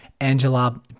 Angela